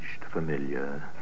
familiar